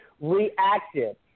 reactive